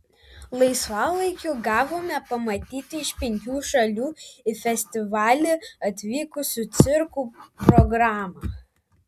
laisvalaikiu gavome pamatyti iš penkių šalių į festivalį atvykusių cirkų programą